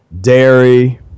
dairy